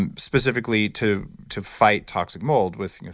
and specifically to to fight toxic mold with.